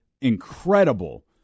Incredible